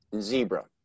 zebra